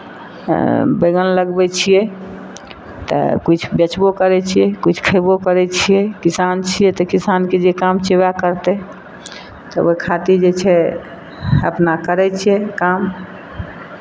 बैगन लगबै छियै तऽ किछु बेचबो करै छियै किछु खयबो करै छियै किसान छियै तऽ किसानके जे काम छियै उएह करतै तऽ ओहि खातिर जे छै अपना करै छियै काम